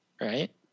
right